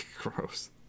Gross